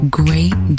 great